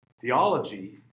Theology